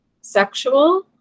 sexual